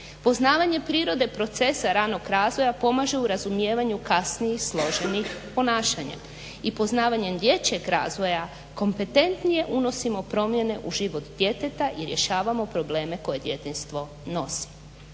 Poznavanje prirode procesa ranog razvoja pomaže u razumijevanju kasnijih složenih ponašanja. I poznavanjem dječjeg razvoja kompetentnije unosimo promjene u život djeteta i rješavamo probleme koje djetinjstvo nosi.